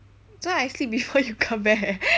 so I sleep before you come back